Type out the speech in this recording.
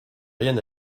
rien